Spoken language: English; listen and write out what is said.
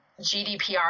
GDPR